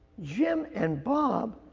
jim and bob,